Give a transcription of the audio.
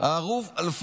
ערוץ 14. אגב,